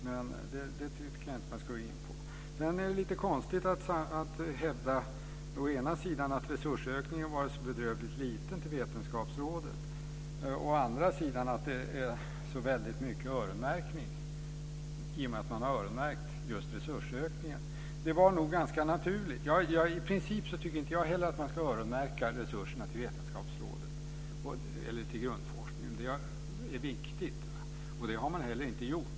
Men det tycker jag inte att man ska gå in på. Sedan är det lite konstigt att hävda å ena sidan att resursökningen till Vetenskapsrådet har varit så bedrövligt liten, å andra sidan att det är så mycket öronmärkning i och med att man öronmärkt just resursökningen. Det var nog ganska naturligt. I princip tycker inte jag heller att man ska öronmärka resurserna till grundforskningen. Det är viktigt, och det har man heller inte gjort.